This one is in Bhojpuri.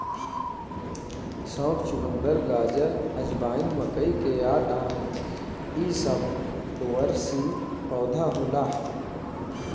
सौंफ, चुकंदर, गाजर, अजवाइन, मकई के आटा इ सब द्विवर्षी पौधा होला